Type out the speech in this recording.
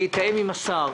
אני אתאם עם השר,